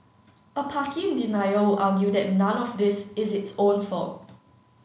a party in denial would argue that none of this is its own fault